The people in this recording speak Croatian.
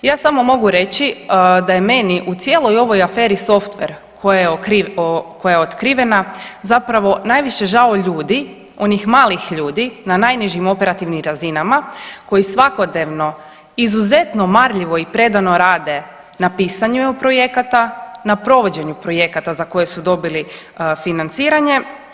Ja samo mogu reći da je meni u cijeloj ovoj aferi softver koja je otkrivena zapravo najviše žao ljudi, onih malih ljudi na najnižim operativnim razinama koji svakodnevno izuzetno marljivo i predano rade na pisanju EU projekata, na provođenju projekata za koje su dobili financiranje.